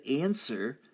answer